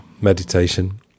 meditation